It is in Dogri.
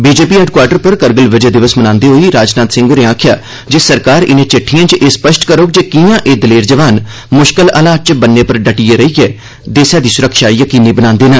बीजेपी हैडक्वार्टर पर करगिल विजय दिवस मनादे होई राजनाथ सिंह होरे आखेआ जे सरकार इने चिट्ठिए च एह स्पष्ट करोग जे किआं एह दलेर जवान मुश्कल हालात च बन्ने पर डटे दे रेइयै देसै दी सुरक्षा यकीनी बनांदे न